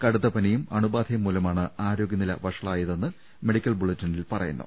കടുത്ത പനിയും അണുബാധയും മൂലമാണ് ആരോഗ്യനില വഷ ളായതെന്ന് മെഡിക്കൽ ബുള്ളറ്റിനിൽ പറയുന്നു